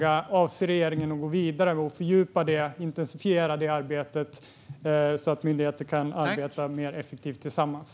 Avser regeringen att gå vidare och fördjupa och intensifiera detta arbete så att myndigheter kan arbeta mer effektivt tillsammans?